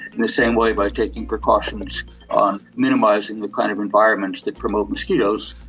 in the same way by taking precautions on minimising the kind of environments that promote mosquitoes,